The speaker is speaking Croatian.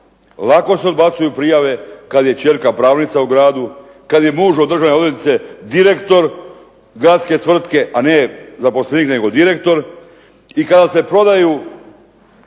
lako se odbacuju prijave kad je kćerka pravnica u gradu, kad je muž od državne odvjetnice direktor gradske tvrtke, a ne zaposlenik nego direktor i kada se prodaju